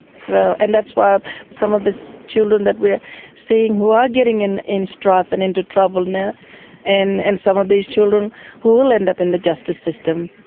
so and that's why some of these children that we are seeing who are getting in in strife and into trouble now and and some of these children will will end up in the justice system.